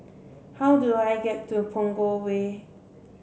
how do I get to Punggol Way